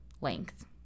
length